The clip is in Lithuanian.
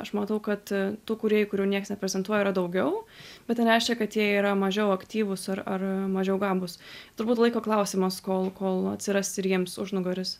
aš matau kad tų kūrėjų kurių niekas neprezentuoja yra daugiau bet tai nereiškia kad jie yra mažiau aktyvūs ar ar mažiau gabūs turbūt laiko klausimas kol kol atsiras ir jiems užnugaris